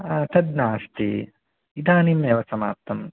हा तद् नास्ति इदानीमेव समाप्तं